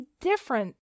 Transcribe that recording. different